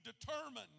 determined